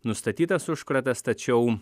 nustatytas užkratas tačiau